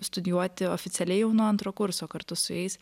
studijuoti oficialiai jau nuo antro kurso kartu su jais